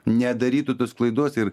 nedarytų tos klaidos ir